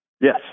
Yes